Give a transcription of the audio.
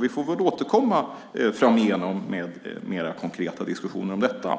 Vi får väl återkomma framigenom med mer konkreta diskussioner om detta.